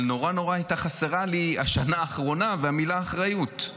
אבל נורא הייתה חסרה לי השנה האחרונה והמילה "אחריות";